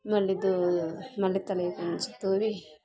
மல்லித்தூள் மல்லித்தழையை கொஞ்சோம் தூவி